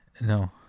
No